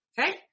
Okay